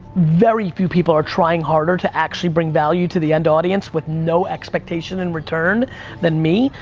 very few people are trying harder to actually bring value to the end audience with no expectation in return than me.